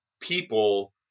people